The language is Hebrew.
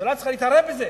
והממשלה צריכה להתערב בזה,